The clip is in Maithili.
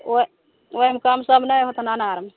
ओहि ओहिमे कम सम नहि होतैनि अनार